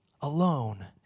alone